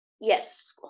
yes